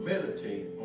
Meditate